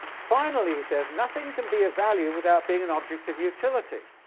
finally, he says, nothing can be a value without being an object of utility.